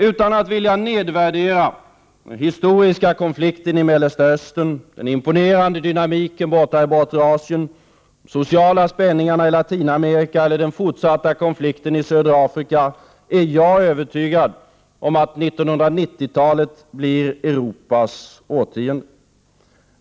Utan att vilja nedvärdera den historiska konflikten i Mellersta Östern, den imponerande dynamiken i bortre Asien, de sociala spänningarna i Latinamerika eller den fortsatta konflikten i södra Afrika är jag övertygad om att 1990-talet blir Europas årtionde.